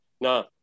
no